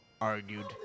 argued